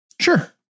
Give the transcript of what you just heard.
Sure